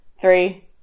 Three